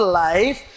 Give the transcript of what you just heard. life